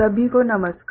सभी को नमस्कार